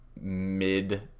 mid